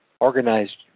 organized